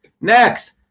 Next